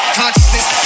consciousness